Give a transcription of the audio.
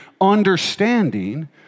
understanding